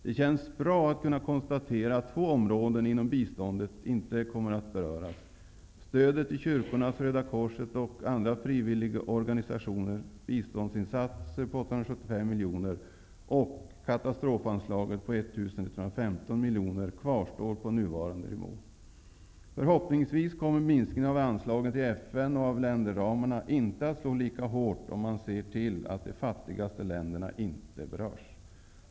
Det känns bra att kunna konstatera att två områden inom biståndet inte kommer att beröras. Stödet till kyrkornas, Röda korsets och andra frivilligorganisationers biståndsinsatser på 875 miljoner och katastrofanslaget på 1 115 miljoner kvarstår på nuvarande nivå. Förhoppningsvis kommer minskningen av anslagen till FN och av länderramarna inte att slå lika hårt om man ser till att de fattigaste länderna inte berörs.